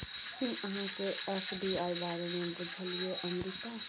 कि अहाँकेँ एफ.डी.आई बारे मे बुझल यै अमृता?